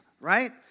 right